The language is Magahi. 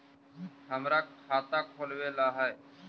हमरा खाता खोलाबे ला है?